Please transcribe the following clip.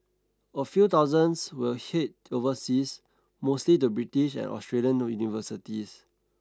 a few thousands will head overseas mostly to British and Australian universities